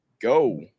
go